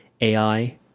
AI